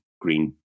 green